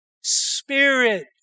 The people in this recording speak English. spirit